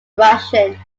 russian